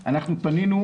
מעניין.